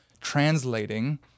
translating